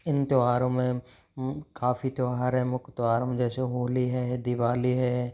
इन त्यौहारों में काफ़ी त्यौहार है मुख्य त्यौहार में जैसे होली है दिवाली है